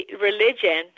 Religion